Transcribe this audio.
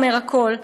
אמר הקול,